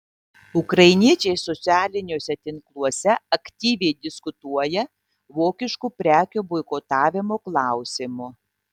ukrainiečiai socialiniuose tinkluose aktyviai diskutuoja vokiškų prekių boikotavimo klausimu